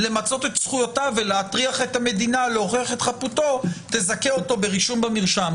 שזה יזכה אותו ברישום במרשם.